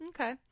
Okay